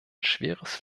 schweres